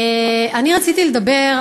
אני רציתי לדבר,